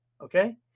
okay